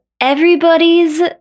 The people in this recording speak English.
everybody's